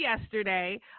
yesterday